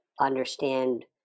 understand